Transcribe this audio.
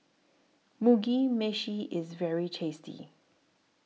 Mugi Meshi IS very tasty